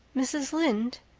mrs. lynde,